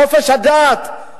חופש הדת,